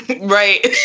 Right